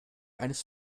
eines